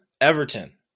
Everton